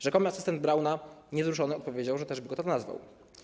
Rzekomy asystent Brauna niewzruszony odpowiedział, że też by go tak nazwał.